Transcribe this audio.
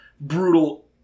brutal